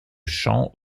chant